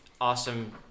awesome